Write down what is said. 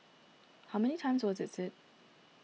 how many times was it said